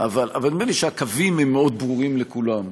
אבל נדמה לי שהקווים מאוד ברורים לכולם,